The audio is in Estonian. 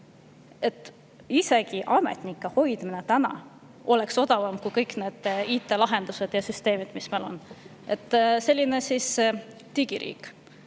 Et isegi ametnike hoidmine oleks odavam kui kõik need IT-lahendused ja ‑süsteemid, mis meil on. Selline digiriik